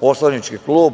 poslanički klub